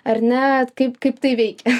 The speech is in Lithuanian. ar ne kaip kaip tai veikia